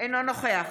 אינו נוכח